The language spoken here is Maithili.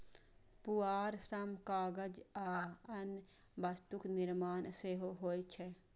पुआर सं कागज आ अन्य वस्तुक निर्माण सेहो होइ छै